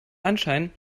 anschein